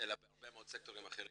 אלא גם בהרבה מאוד סקטורים אחרים